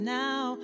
now